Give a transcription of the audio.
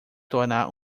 tornar